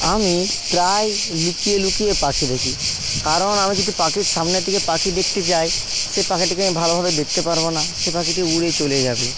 আমি প্রায় লুকিয়ে লুকিয়ে পাখি দেখি কারণ আমি যদি পাখির সামনে থেকে পাখি দেখতে যাই সে পাখিটিকে আমি ভালোভাবে দেখতে পারব না সে পাখিটি উড়ে চলে যাবে